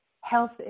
health